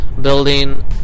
building